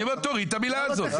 אני אומר להוריד את המילה הזאת.